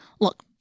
Look